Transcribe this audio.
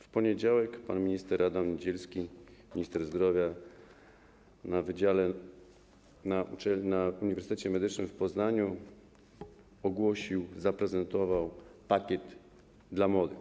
W poniedziałek pan minister Adam Niedzielski, minister zdrowia, na wydziale na Uniwersytecie Medycznym w Poznaniu ogłosił, zaprezentował „Pakiet dla młodych”